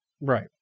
Right